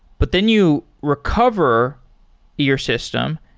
but then you recover your system,